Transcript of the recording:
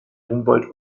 humboldt